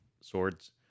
swords